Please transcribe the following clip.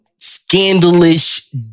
scandalous